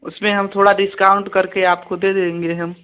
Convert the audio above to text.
उसमें हम थोड़ा डिस्काउंट करके आपको दे देंगे हम